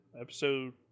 episode